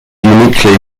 uniquely